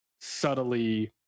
subtly